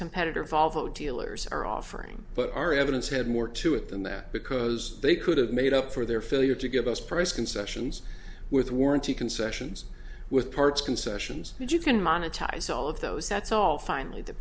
competitor valvo dealers are offering but our evidence had more to it than that because they could have made up for their failure to give us price concessions with warranty concessions with parts concessions if you can monetize all of those that's all finally the